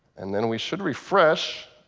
and then we should refresh.